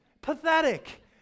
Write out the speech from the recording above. pathetic